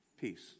Peace